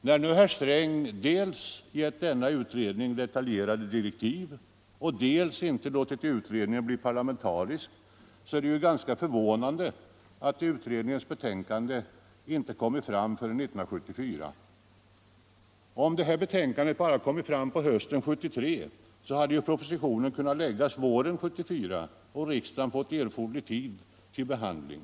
När nu herr Sträng dels gett denna utredning detaljerade direktiv, dels icke låtit utredningen bli parlamentarisk, är det ganska förvånande att utredningens betänkande inte kommit fram förrän 1974. Om detta betänkande bara kommit fram hösten 1973 hade propositionen kunnat läggas på våren 1974 och riksdagen fått erforderlig tid till behandling.